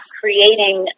creating